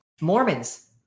Mormons